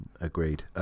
Agreed